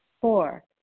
Four